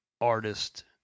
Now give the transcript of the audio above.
artist